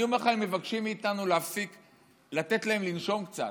אני אומר לך, הם מבקשים מאיתנו לתת להם לנשום קצת.